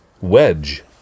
Wedge